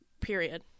Period